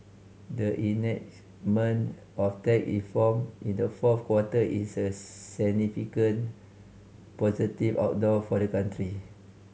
the enactment of tax reform in the fourth quarter is a significant positive outdoor for the country